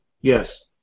Yes